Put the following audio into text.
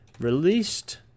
released